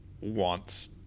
wants